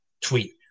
tweet